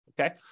Okay